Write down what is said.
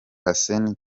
hussein